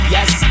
Yes